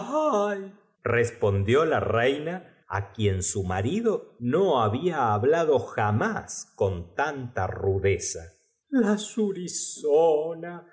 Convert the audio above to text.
respondió la reina á quien su marido no habla hablado jamás con tanta rudeza la